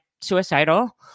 suicidal